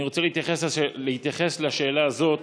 אני רוצה להתייחס לשאלה הזאת